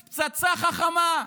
יש פצצה חכמה,